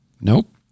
Nope